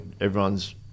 everyone's